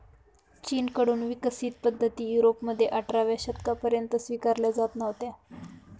चीन कडून विकसित पद्धती युरोपमध्ये अठराव्या शतकापर्यंत स्वीकारल्या जात नव्हत्या